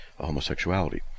homosexuality